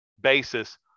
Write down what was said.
basis